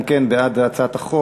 אני אצביע גם כן בעד הצעת החוק,